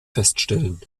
feststellen